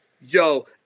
yo